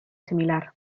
similar